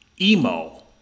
Emo